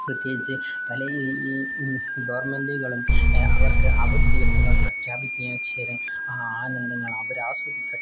പ്രത്യേകിച്ച് പല ഈ ഗവർമെൻറുകളും അവർക്ക് അവധി ദിവസങ്ങൾ പ്രഖ്യാപിക്കുകയാണ് ചെയ്തത് ആ ആനന്ദങ്ങൾ അവർ ആസ്വദിക്കട്ടെ